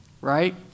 right